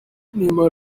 neymar